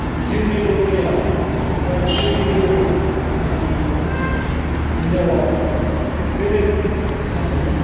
जिउनि लोगोरिया एबा जिउनि लोगो आंनि हिनजावाबो दिनै सासे